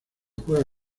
juega